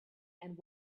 and